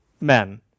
men